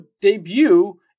debut